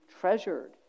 treasured